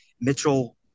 Mitchell